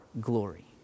glory